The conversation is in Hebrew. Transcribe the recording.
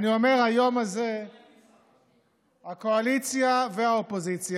אני אומר: היום הזה הקואליציה והאופוזיציה,